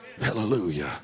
hallelujah